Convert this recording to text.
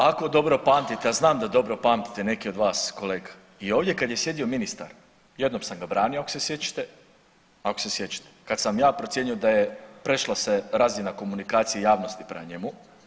Ako dobro pamtite, a znam da dobro pamtite neki od vas kolega i ovdje kad je sjedio ministar, jednom sam ga branio ako se sjećate, ako se sjećate, kad sam ja procijenio da je prešla se razina komunikacije javnosti prema njemu.